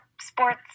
sports